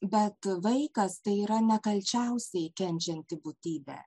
bet vaikas tai yra nekalčiausiai kenčianti būtybė